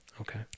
Okay